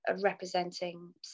representing